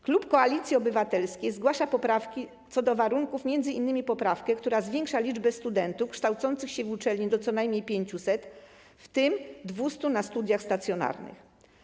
Klub Koalicji Obywatelskiej zgłasza poprawki co do warunków, m.in. poprawkę, która zwiększa liczbę studentów kształcących się w uczelni do co najmniej 500, w tym 200 na studiach stacjonarnych.